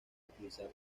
utilizar